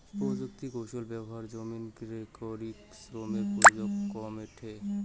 প্রযুক্তিকৌশল ব্যবহার জমিন রে কায়িক শ্রমের প্রয়োজন কমেঠে